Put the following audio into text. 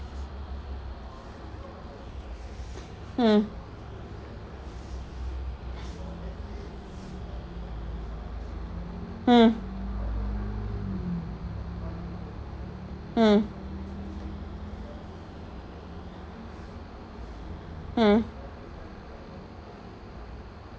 mm mm mm mm